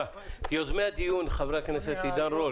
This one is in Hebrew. יוזמי הדיון, חברי הכנסת עידן רול